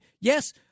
Yes